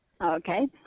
Okay